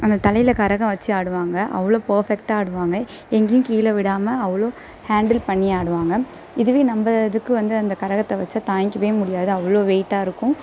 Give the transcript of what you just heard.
அந்த தலையில் கரகம் வச்சு ஆடுவாங்க அவ்வளோ பர்ஃபெக்ட்டாக ஆடுவாங்க எங்கேயும் கீழே விடாமல் அவ்வளோ ஹாண்டில் பண்ணி ஆடுவாங்க இதுவே நம்ப இதுக்கு வந்து அந்த கரகத்தை வச்சால் தாங்கிக்கவே முடியாது அவ்வளோ வெயிட்டாக இருக்கும்